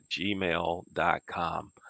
gmail.com